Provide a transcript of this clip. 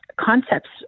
concepts